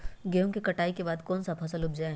गेंहू के कटाई के बाद कौन सा फसल उप जाए?